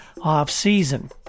off-season